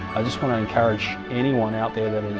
i just want to encourage anyone out there that